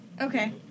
Okay